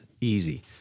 easy